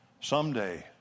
Someday